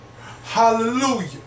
Hallelujah